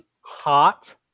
hot